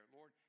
Lord